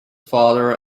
father